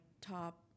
top